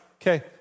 okay